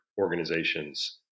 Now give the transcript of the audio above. organizations